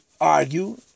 argue